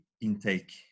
intake